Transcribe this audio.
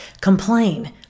complain